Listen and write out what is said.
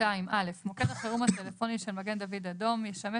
(א)מוקד החירום הטלפוני של מגן דוד אדום ישמש